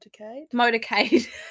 motorcade